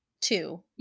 Two